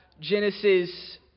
Genesis